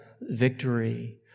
victory